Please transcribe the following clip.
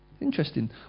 interesting